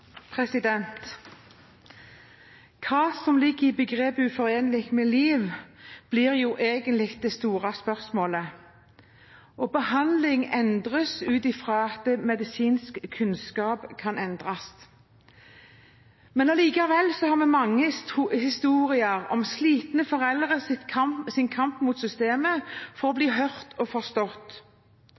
Hva som ligger i begrepet «uforenlig med liv», blir egentlig det store spørsmålet. Behandling endres ut fra at medisinsk kunnskap kan endres. Allikevel har vi mange historier om slitne foreldres kamp mot systemet for å bli hørt og forstått